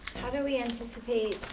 how do we anticipate